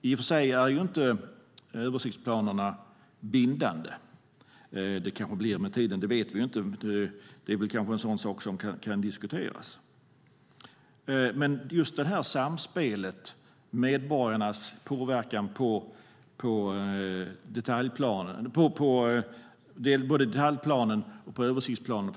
I och för sig är inte översiktsplanerna bindande. Det kanske de blir med tiden. Det vet vi inte. Det är kanske en sådan sak som kan diskuteras. Det handlar just om samspelet med medborgarnas påverkan både på detaljplanen och framför allt på översiktsplanen.